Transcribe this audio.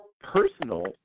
personal